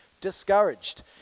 discouraged